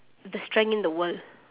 the strength in the world